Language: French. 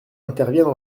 interviennent